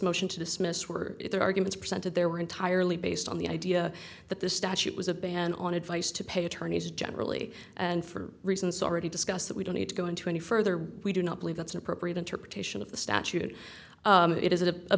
motion to dismiss were the arguments presented there were entirely based on the idea that this statute was a ban on advice to pay attorneys generally and for reasons already discussed that we don't need to go into any further we do not believe that's an appropriate interpretation of the statute it is